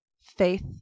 Faith